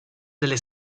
delle